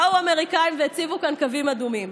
באו האמריקאים והציבו כאן קווים אדומים.